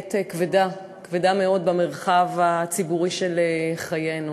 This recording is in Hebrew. ונהיית כבדה, כבדה מאוד, במרחב הציבורי של חיינו.